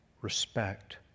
respect